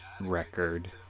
record